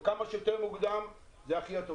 וכמה שיותר מוקדם יהיה יותר טוב.